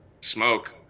smoke